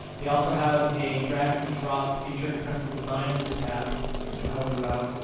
they also have a drag-and-drop feature to custom design the tab which will help you out.